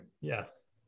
Yes